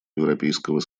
европейского